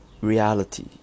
reality